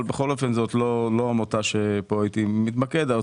אבל זאת לא עמותה שהייתי מתמקד בה.